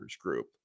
group